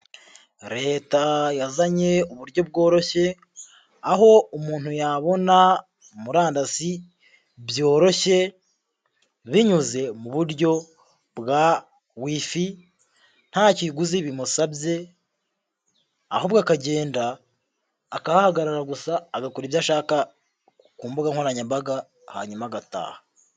Leta yazanye uburyo bworoshye, aho umuntu yabona murandasi byoroshye, binyuze mu buryo bwa wifi nta kiguzi bimusabye, ahubwo akagenda akahagarara gusa agakora ibyo ashaka ku mbuga nkoranyambaga, hanyuma agataha.